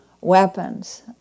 weapons